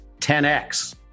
10x